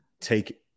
take